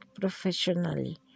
professionally